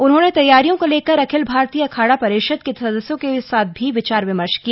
उन्होंने तैयारियों को लेकर अखिल भारतीय अखाड़ा परिषद के सदस्यों के साथ भी विचार विमर्श किया